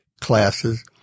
classes